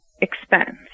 expense